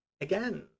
again